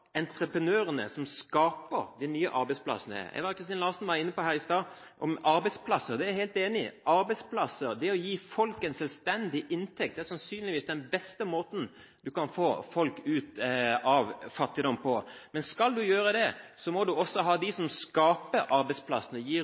entreprenørene som skaper de nye arbeidsplassene. Eva Kristin Hansen var i stad inne på arbeidsplasser – der er jeg helt enig med henne. Arbeidsplasser – det å gi folk en selvstendig inntekt – er sannsynligvis den beste måten man kan få folk ut av fattigdom på. Men skal man gjøre det, må man også ha de som skaper